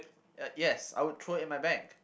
uh yes I would throw it in my bag